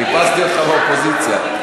חיפשתי אותך באופוזיציה.